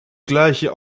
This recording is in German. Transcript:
gleiche